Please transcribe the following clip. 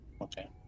Okay